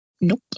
nope